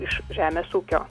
iš žemės ūkio